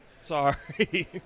Sorry